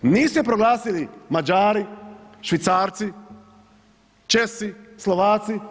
Nisu je proglasili Mađari, Švicarci, Česi, Slovaci.